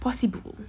possible